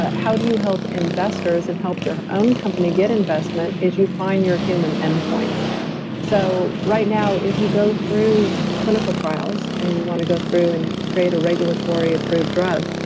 ah how do you help investors and help your own company get investment is you find your human endpoints so right now, if you go through the clinical trials and you want to go through and create a regulatory approved drug,